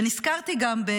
ונזכרתי גם,